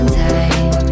time